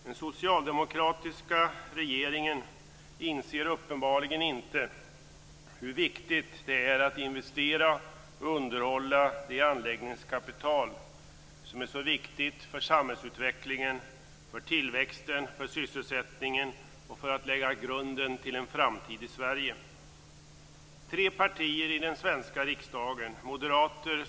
Den socialdemokratiska regeringen inser uppenbarligen inte hur viktigt det är att investera och underhålla det anläggningskapital som är så viktigt för samhällsutvecklingen, för tillväxten, för sysselsättningen och för att lägga grunden till en framtid i Sverige.